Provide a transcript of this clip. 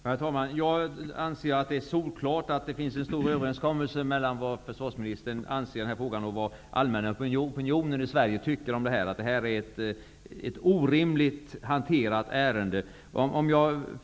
Herr talman! Jag anser att det är solklart att det finns en stor överensstämmelse mellan det som försvarsministern anser i denna fråga och vad den allmänna opinionen i Sverige tycker, nämligen att det här är ett orimligt hanterat ärende.